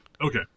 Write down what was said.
Okay